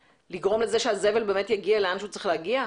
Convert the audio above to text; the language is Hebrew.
לגרום לזה שהזבל באמת יגיע לאן שהוא צריך להגיע?